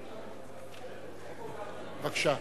בבקשה.